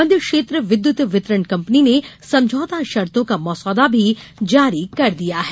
मध्य क्षेत्र विद्यत वितरण कंपनी ने समझौता शर्तो का मसौदा भी जारी कर दिया है